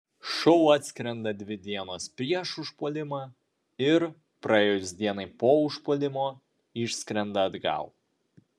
šou atskrenda dvi dienos prieš užpuolimą ir praėjus dienai po užpuolimo išskrenda atgal